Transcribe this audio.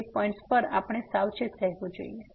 તેથી તે પોઈન્ટ્સ પર આપણે સાવચેત રહેવું જોઈએ